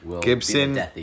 Gibson